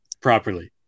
Properly